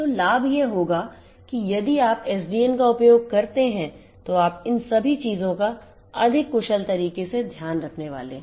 तो लाभ यह होगा कि यदि आप SDN का उपयोग करते हैं तो आप इन सभी चीजों का अधिक कुशल तरीके से ध्यान रखने वाले हैं